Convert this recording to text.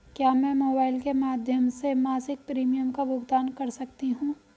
क्या मैं मोबाइल के माध्यम से मासिक प्रिमियम का भुगतान कर सकती हूँ?